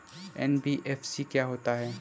NBFC क्या होता है?